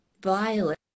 violet